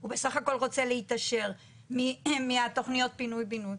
הוא בסך הכל רוצה להתעשר מתכניות הפינוי בינוי.